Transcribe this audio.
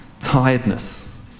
tiredness